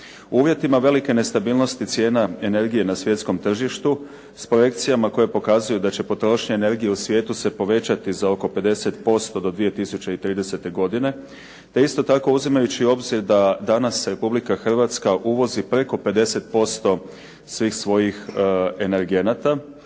uvjetima velike nestabilnosti cijena energije na svjetskom tržištu s projekcijama koje pokazuju da će potrošnja energije u svijetu se povećati za oko 50% do 2030. godine te isto tako uzimajući u obzir da danas Republika Hrvatska uvozi preko 50% svih svojih energenata